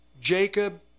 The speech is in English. Jacob